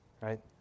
right